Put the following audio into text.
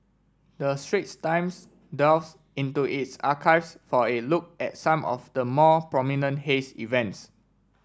the Straits Times delves into its archives for a look at some of the more prominent haze events